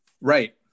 Right